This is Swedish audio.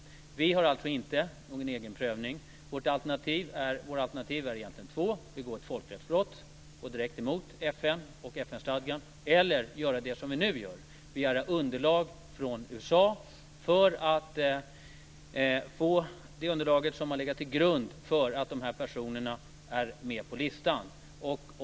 Vi har alltså inte någon egen prövning. Våra alternativ är egentligen två, att begå ett folkrättsbrott och gå direkt emot FN och FN-stadgan eller att göra det som vi nu gör, nämligen att vi begär att av USA få det underlag som har legat till grund för att de här personerna är med på listan.